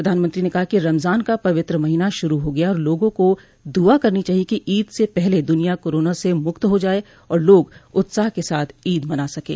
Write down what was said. प्रधानमंत्री ने कहा कि रमजान का पवित्र महीना शुरू हो गया है और लोगों को दुआ करनी चाहिए कि ईद से पहले दुनिया कोरोना से मुक्त हो जाये और लोग उत्साह के साथ ईद मना सकें